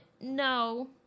no